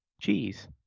Cheese